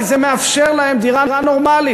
כי זה מאפשר להם דירה נורמלית.